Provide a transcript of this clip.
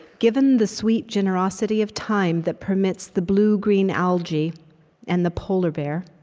given the sweet generosity of time that permits the bluegreen algae and the polar bear,